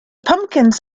pumpkins